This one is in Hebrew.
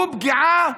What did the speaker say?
הוא פגיעה